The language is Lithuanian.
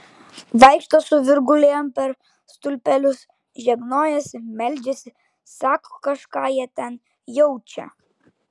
vaikšto su virgulėm per stulpelius žegnojasi meldžiasi sako kažką jie ten jaučią